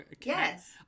yes